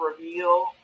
reveal